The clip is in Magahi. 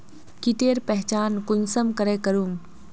कीटेर पहचान कुंसम करे करूम?